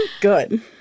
good